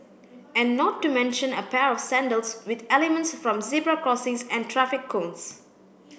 and not to mention a pair of sandals with elements from zebra crossings and traffic cones